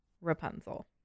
Rapunzel